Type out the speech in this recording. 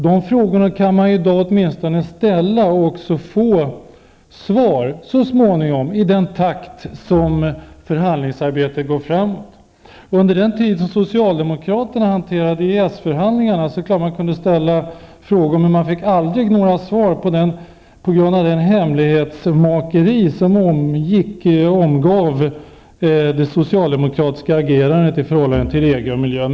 Dessa frågor kan man åtminstone i dag ställa och få svar på så småningom i den takt som förhandlingsarbetet går framåt. Under den tid som socialdemokraterna hanterade EES förhandlingarna kunde man ställa frågor men fick aldrig några svar på grund av det hemlighetsmakeri som omgärdade det socialdemokratiska agerandet i frågan EG och miljön.